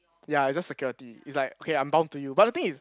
ya is just security is like okay I'm bound to you but the thing is